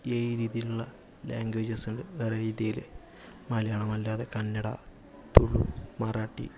പല രീതിലുള്ള ലാങേജസ് ഉണ്ട് വേറെ രീതിയിൽ മലയാളമല്ലാതെ കന്നഡ തുളു മറാട്ടി